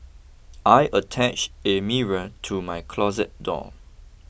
I attached a mirror to my closet door